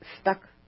stuck